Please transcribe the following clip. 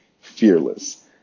fearless